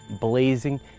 blazing